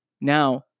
Now